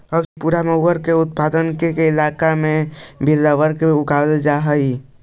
अब त्रिपुरा औउर उत्तरपूर्व के इलाका में भी रबर के पेड़ उगावल जा हई